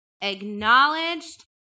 acknowledged